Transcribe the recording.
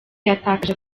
yatakaje